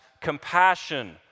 compassion